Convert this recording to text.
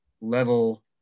level